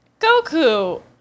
Goku